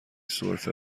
سرفه